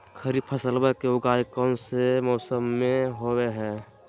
खरीफ फसलवा के उगाई कौन से मौसमा मे होवय है?